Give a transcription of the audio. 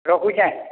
ରଖୁଛେଁ